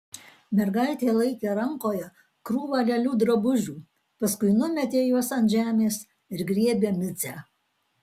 mergaitė laikė rankoje krūvą lėlių drabužių paskui numetė juos ant žemės ir griebė micę